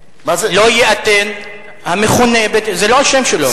שלא ייאטם, מה זה, המכונה, זה לא השם שלו.